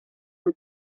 del